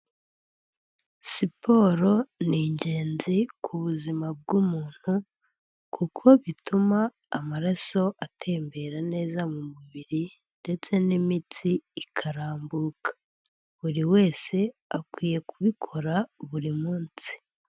Siporo ni ingenzi ku buzima bw'umuntu, kuko bituma amaraso atembera neza mu mubiri ndetse n'imitsi ikarambuka, buri wese akwiye kubikora buri munsi.